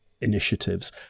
initiatives